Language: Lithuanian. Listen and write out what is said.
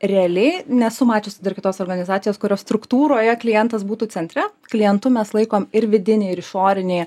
realiai nesu mačius dar kitos organizacijos kurios struktūroje klientas būtų centre klientu mes laikom ir vidinį ir išorinį